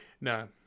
No